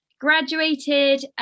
Graduated